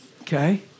Okay